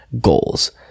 goals